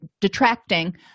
detracting